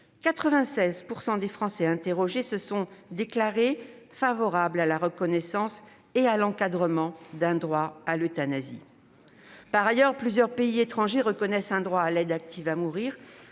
96 % des Français interrogés se sont déclarés favorables à la reconnaissance et à l'encadrement d'un droit à l'euthanasie. Par ailleurs, plusieurs pays étrangers reconnaissent un droit à l'aide active à mourir,